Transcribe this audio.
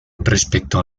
respecto